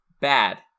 Bad